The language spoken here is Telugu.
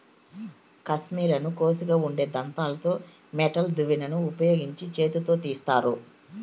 కష్మెరెను కోషిగా ఉండే దంతాలతో మెటల్ దువ్వెనను ఉపయోగించి చేతితో తీస్తారు